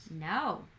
No